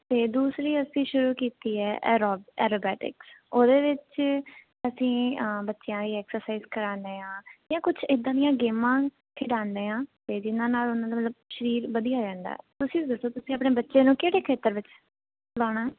ਤੇ ਦੂਸਰੀ ਅਸੀਂ ਸ਼ੁਰੂ ਕੀਤੀ ਹੈ ਐਰੋ ਐਰੋਬੈਟਿਕਸ ਉਹਦੇ ਵਿੱਚ ਅਸੀਂ ਬੱਚਿਆਂ ਐਕਸਰਸਾਈਜ਼ ਕਰਾਦੇ ਆਂ ਜਾਂ ਕੁਝ ਇਦਾਂ ਦੀਆਂ ਗੇਮਾਂ ਖਿਡਾਂਦੇ ਆ ਜਿਨਾਂ ਨਾਲ ਉਹਨਾਂ ਨੂੰ ਮਤਲਵ ਸਰੀਰ ਵਧੀਆ ਰਹਿੰਦਾ ਤੁਸੀਂ ਦੱਸੋ ਤੁਸੀਂ ਆਪਣੇ ਬੱਚੇ ਨੂੰ ਕਿਹੜੇ ਖੇਤਰ ਵਿੱਚ ਲਾਣਾ